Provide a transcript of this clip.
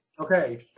okay